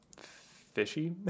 fishy